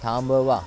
थांबवा